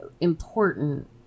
important